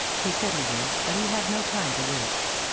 he said he would, but he had no time to waste.